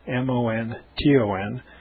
M-O-N-T-O-N